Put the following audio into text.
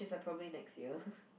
it's like probably next year